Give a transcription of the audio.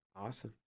Awesome